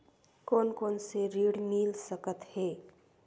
कोन कोन से ऋण मिल सकत हे?